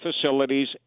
facilities